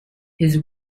his